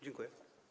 Dziękuję.